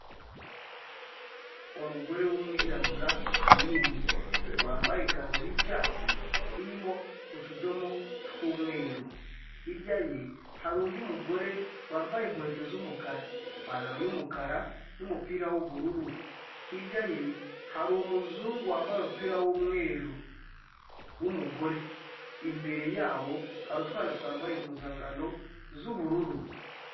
Umugore w'umwirabura munini wambaye ikanzu yicyatsi irimo utudomo tw'umweru, hirya ye hari undi mugore wambaye inkweto z'umukara, ipantaro y'umukara, n'umupira w'ubururu, hirya ye hari umuzungu wambaye umupira w'umweru w'umugore, imbere y'abo hari utwana twambaye impuzangano z'ubururu.